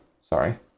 Sorry